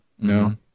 No